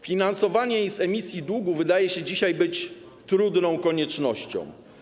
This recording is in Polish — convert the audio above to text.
Finansowanie jej z emisji długów wydaje się dzisiaj trudną koniecznością.